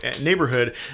neighborhood